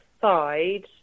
side